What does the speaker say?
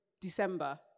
December